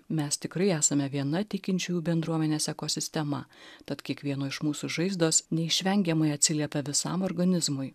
mes tikrai esame viena tikinčiųjų bendruomenės ekosistema tad kiekvieno iš mūsų žaizdos neišvengiamai atsiliepia visam organizmui